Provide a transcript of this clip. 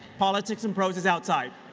politics and prose is outside.